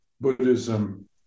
Buddhism